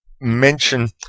mention